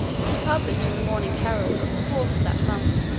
and published in the morning herald of the fourth of that month,